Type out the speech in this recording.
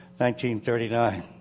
1939